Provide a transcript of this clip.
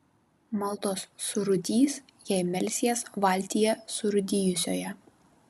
maldos surūdys jei melsies valtyje surūdijusioje